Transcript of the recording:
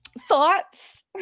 Thoughts